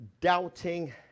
doubting